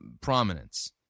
prominence